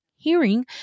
hearing